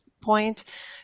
point